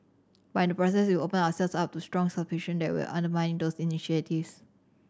but in the process we opened ourselves up to strong suspicion that we were undermining those initiatives